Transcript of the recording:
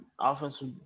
offensive